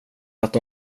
att